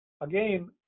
again